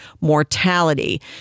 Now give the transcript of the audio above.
mortality